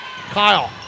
Kyle